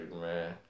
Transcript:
man